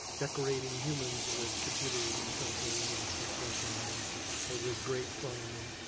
decorating humans with computers and sensors and stuff like that. and it was great fun. and